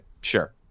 sure